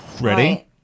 Ready